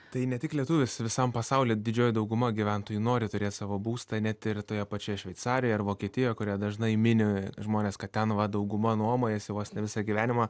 tai ne tik lietuvis visam pasaulyje didžioji dauguma gyventojų nori turėt savo būstą net ir toje pačioje šveicarijoje ar vokietijoje kurią dažnai mini žmonės kad ten va dauguma nuomojasi vos ne visą gyvenimą